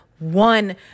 One